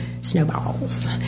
snowballs